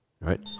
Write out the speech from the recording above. right